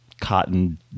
cotton